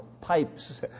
pipes